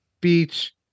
beach